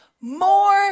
more